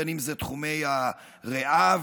בין שזה בתחומי הריאה